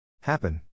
Happen